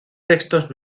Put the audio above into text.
textos